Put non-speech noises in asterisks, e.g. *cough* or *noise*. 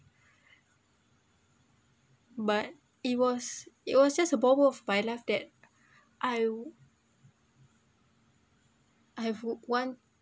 but it was it was just a moment of my life that I *noise* I have *noise* want